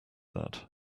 that